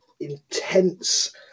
intense